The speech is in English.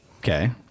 Okay